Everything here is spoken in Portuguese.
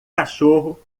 cachorro